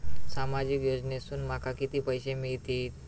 सामाजिक योजनेसून माका किती पैशे मिळतीत?